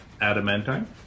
adamantine